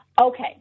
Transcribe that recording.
Okay